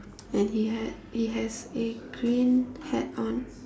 and he had he has a green hat on